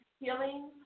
healing